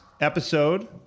episode